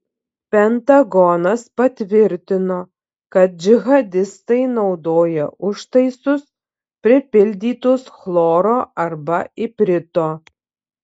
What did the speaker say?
pentagonas patvirtino kad džihadistai naudoja užtaisus pripildytus chloro arba iprito